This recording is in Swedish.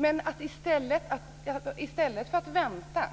Men i stället för att vänta på att frågan utreds